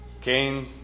Cain